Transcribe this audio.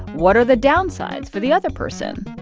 what are the downsides for the other person?